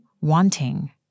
wanting